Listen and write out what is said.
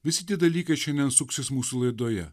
visi tie dalykai šiandien suksis mūsų laidoje